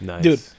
dude